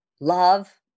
love